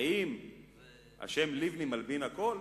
האם השם לבני מלבין הכול?